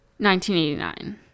1989